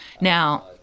Now